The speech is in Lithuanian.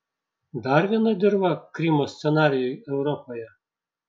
dar viena dirva krymo scenarijui europoje